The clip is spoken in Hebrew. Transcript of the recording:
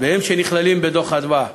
והם נכללים בדוח "מרכז אדוה".